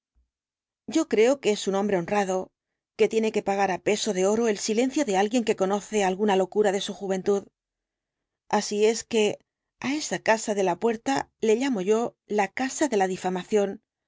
yo creo que es un hombre honrado que tiene que pagar á peso de oro el silencio de alguien que conoce alguna locura de su juventud así es que á esa casa de la puerta le llamo yo la casa de la difamación